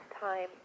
time